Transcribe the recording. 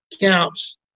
counts